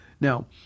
Now